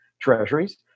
treasuries